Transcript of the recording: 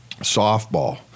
softball